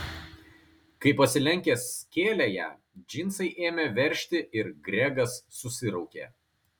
kai pasilenkęs kėlė ją džinsai ėmė veržti ir gregas susiraukė